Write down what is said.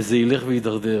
וזה ילך ויידרדר.